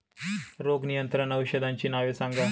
रोग नियंत्रण औषधांची नावे सांगा?